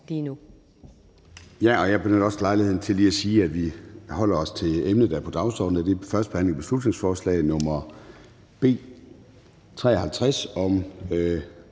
Gade): Jeg benytter også lejligheden til lige at sige, at vi holder os til emnet, der er på dagsordenen, og det er første behandling af beslutningsforslag nr. B 53 om